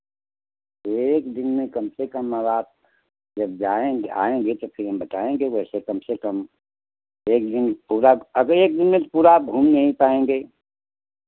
एक दिन में कम से कम अब आप जाएंगे आएंगे तो फिर हम बताएंगे वैसे कम से कम एक दिन पूरा अब एक दिन में तो पूरा आप घूम नही पाएंगे